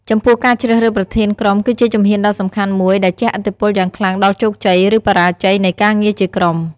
ចំពោះការជ្រើសរើសប្រធានក្រុម គឺជាជំហានដ៏សំខាន់មួយដែលជះឥទ្ធិពលយ៉ាងខ្លាំងដល់ជោគជ័យ ឬបរាជ័យនៃការងារជាក្រុម។